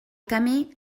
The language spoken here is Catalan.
camí